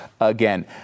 again